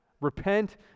Repent